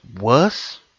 worse